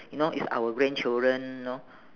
you know it's our grandchildren know